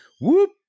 whoop